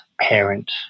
parent